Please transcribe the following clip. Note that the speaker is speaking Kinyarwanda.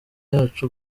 yacu